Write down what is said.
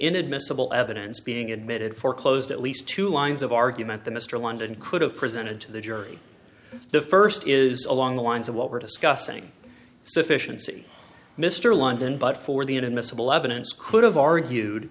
inadmissible evidence being admitted for closed at least two lines of argument the mr landon could have presented to the jury the first is along the lines of what we're discussing sufficiency mr london but for the inadmissible evidence could have argued